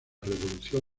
revolución